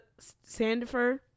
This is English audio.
Sandifer